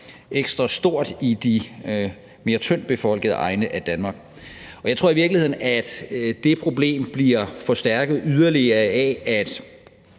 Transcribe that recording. ekstra stort i de mere tyndt befolkede egne af Danmark. Jeg tror i virkeligheden, at det problem bliver forstærket yderligere af, at